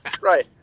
right